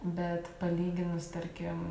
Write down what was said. bet palyginus tarkim